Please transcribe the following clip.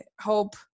Hope